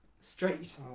Straight